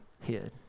hid